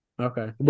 Okay